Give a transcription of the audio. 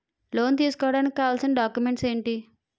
Loan తీసుకోడానికి కావాల్సిన documents ఎంటి?